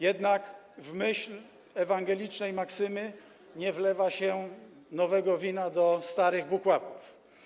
Jednak w myśl ewangelicznej maksymy nie wlewa się nowego wina do starych bukłaków.